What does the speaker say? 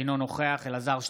אינו נוכח אלעזר שטרן,